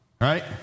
Right